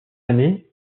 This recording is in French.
année